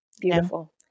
Beautiful